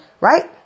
Right